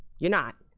you're not.